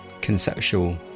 conceptual